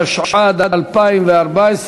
התשע"ד 2014,